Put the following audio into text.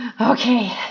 Okay